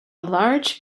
large